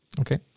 Okay